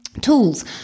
tools